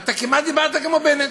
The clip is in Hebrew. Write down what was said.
אתה כמעט דיברת כמו בנט.